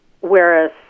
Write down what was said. Whereas